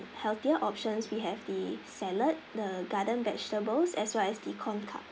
healthier options we have the salad the garden vegetables as well as the corn cup